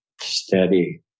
Steady